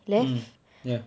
mm ya